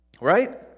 right